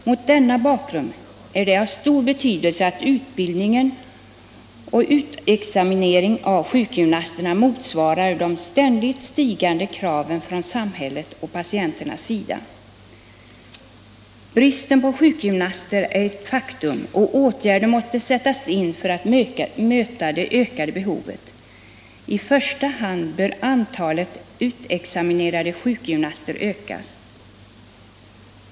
Mot denna bakgrund är det av stor betydelse att utbildning och utexaminering av sjukgymnasterna motsvarar de ständigt stigande kraven från samhällets och patienternas sida, Bristen på sjukgymnaster är ett faktum, och åtgärder måste sättas in för att möta det ökande behovet. I första hand måste antalet utexaminerade sjukgymnaster ökas.